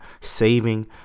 saving